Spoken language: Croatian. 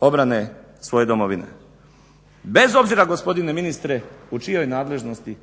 obrane svoje domovine. Bez obzira gospodine ministre u čijoj nadležnosti,